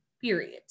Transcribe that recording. period